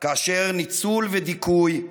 כאשר ניצול ודיכוי,